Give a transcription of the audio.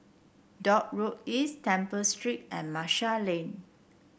Dock Road East Temple Street and Marshall Lane